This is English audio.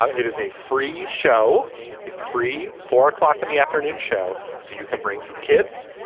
ah it is a free show a free four o'clock in the afternoon show so you can bring some kids.